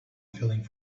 feeling